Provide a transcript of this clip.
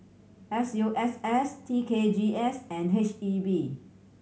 S U S S T K G S and H E B